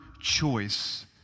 choice